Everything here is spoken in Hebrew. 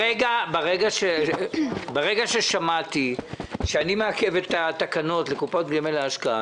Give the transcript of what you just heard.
ברגע ששמעתי שאני מעכב את התקנות לקופות גמל להשקעה,